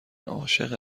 عاشق